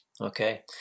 Okay